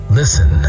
listen